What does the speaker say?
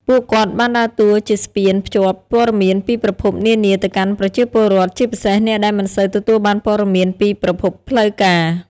ពួកគាត់បានដើរតួជាស្ពានភ្ជាប់ព័ត៌មានពីប្រភពនានាទៅកាន់ប្រជាពលរដ្ឋ ជាពិសេសអ្នកដែលមិនសូវទទួលបានព័ត៌មានពីប្រភពផ្លូវការ។